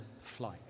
flight